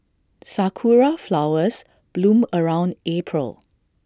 Sakura Flowers bloom around April